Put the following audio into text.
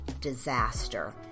disaster